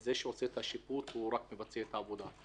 וזה שעושה את השיפוץ הוא רק מבצע את העבודה.